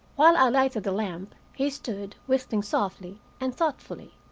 while i lighted the lamp, he stood, whistling softly, and thoughtfully.